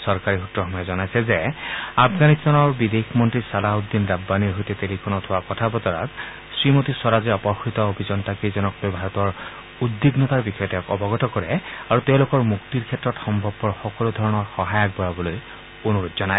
চৰকাৰী সূত্ৰসমূহে জনাইছে যে আফগানিস্তানৰ বিদেশ মন্ত্ৰী ছালাহউদ্দিন ৰাববানীৰ সৈতে টেলিফোনত হোৱা কথা বতৰাত শ্ৰীমতী স্বৰাজে অপহৃত অভিযন্তাকেইজনক লৈ ভাৰতৰ উদ্বিগ্নতাৰ বিষয়ে তেওঁক অৱগত কৰে আৰু তেওঁলোকৰ মুক্তিৰ ক্ষেত্ৰত সম্ভৱপৰ সকলো ধৰণৰ সহায় আগবঢ়াবলৈ অনুৰোধ জনায়